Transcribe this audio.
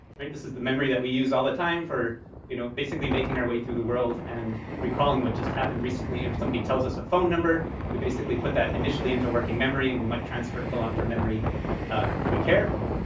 i mean is the memory that we use all the time for you know basically making our way through the world and recalling what just happened recently. if somebody tells us a phone number, we basically put that initially into working memory, and we might transfer it to long-term memory ah if we care.